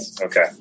Okay